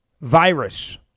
virus